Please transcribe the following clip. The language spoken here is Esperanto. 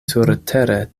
surtere